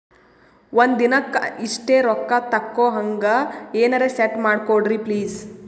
ಒಂದಿನಕ್ಕ ಇಷ್ಟೇ ರೊಕ್ಕ ತಕ್ಕೊಹಂಗ ಎನೆರೆ ಸೆಟ್ ಮಾಡಕೋಡ್ರಿ ಪ್ಲೀಜ್?